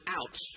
out